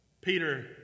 Peter